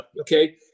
Okay